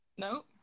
Nope